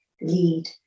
lead